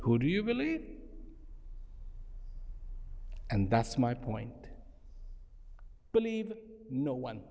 who do you believe and that's my point believe no one